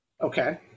Okay